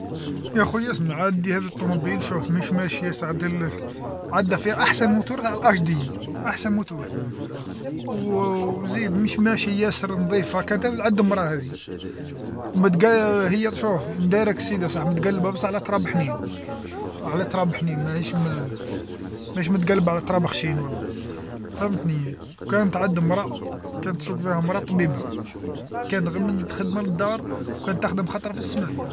يا خويا أسمع عندي هذي الطونوبيل مش ماشيا سعد ال، عندنا في أحسن موتور غي على الآش دي يي، و زيد مش ماشيا ياسر نظيفا كانت عند مرا هذي، و متق هي شوف دايرا كسيدا متقلبا بصح على تراب حنين على تراب حنين ماهيش ما، ماهيش متقلبا على تراب خشين و لا، فهمتني؟ كانت عند مرا، تسوق فيها مرا طبيبا، كانت غ مالخدمه للدار و كانت تخدم خطرا في السمانه.